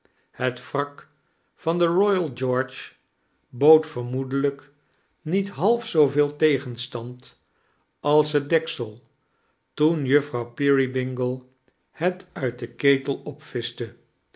het wrak van de eoyal george bood vermoedelijk niet half zooveel tegenstand als het deksel toen juffrouw peerybingle het uit den ketel